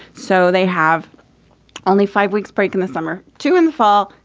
so they have only five weeks break in the summer to in the fall.